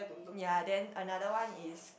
ya then another one is